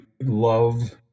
love